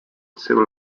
civil